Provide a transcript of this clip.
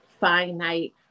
finite